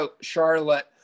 Charlotte